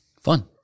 Fun